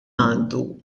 għandu